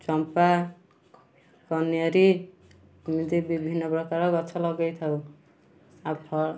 ଚମ୍ପା କନିଅର ଏମିତି ବିଭିନ୍ନ ପ୍ରକାର ଗଛ ଲଗାଇ ଥାଉ ଆଉ ଫଳ